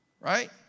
right